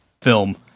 film